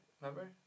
remember